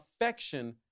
Affection